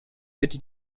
wird